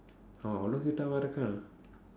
அவ:ava இருக்கா:irukkaa